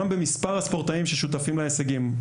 גם במספר הספורטאים ששותפים להישגים,